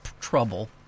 trouble